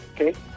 Okay